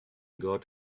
got